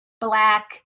black